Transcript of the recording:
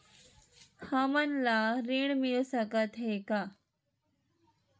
हमन ला ऋण मिल सकत हे का?